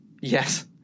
Yes